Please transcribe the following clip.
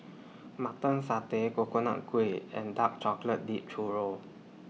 Mutton Satay Coconut Kuih and Dark Chocolate Dipped Churro